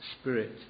spirit